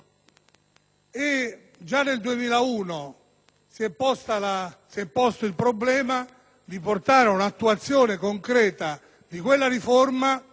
Già nel 2001 si è posto il problema di portare ad attuazione concreta quella riforma,